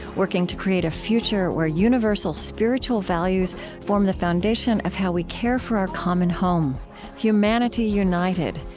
working to create a future where universal spiritual values form the foundation of how we care for our common home humanity united,